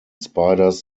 spiders